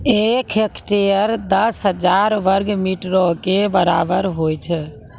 एक हेक्टेयर, दस हजार वर्ग मीटरो के बराबर होय छै